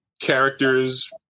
Characters